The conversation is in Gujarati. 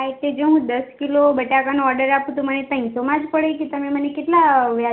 હા એટલે જો હું દસ કિલો બટાકાનો ઓડર આપું તો મને ત્રણસોમાં જ પડે કે તમે મને કેટલા